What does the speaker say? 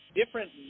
different